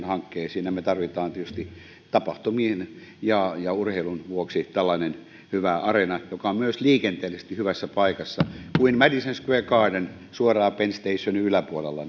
hankkeisiin ja me tarvitsemme tietysti tapahtumiin ja ja urheilun vuoksi tällaisen hyvän areenan joka on myös liikenteellisesti hyvässä paikassa kuin madison square garden suoraan penn stationin yläpuolella